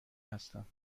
هستم